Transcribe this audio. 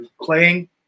playing